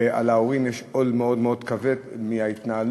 ועל ההורים יש עול מאוד מאוד כבד מההתנהלות